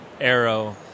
Arrow